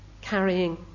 carrying